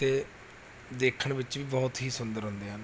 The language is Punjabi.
ਅਤੇ ਦੇਖਣ ਵਿੱਚ ਵੀ ਬਹੁਤ ਹੀ ਸੁੰਦਰ ਹੁੰਦੇ ਹਨ